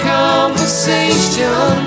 conversation